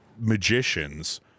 magicians